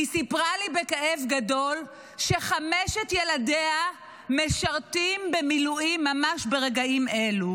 היא סיפרה לי בכאב גדול שחמשת ילדיה משרתים במילואים ממש ברגעים אלו,